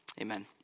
amen